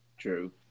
true